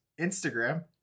instagram